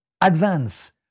advance